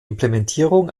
implementierung